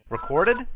Recorded